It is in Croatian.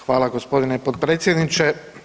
Hvala gospodine potpredsjedniče.